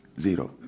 Zero